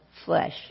Flesh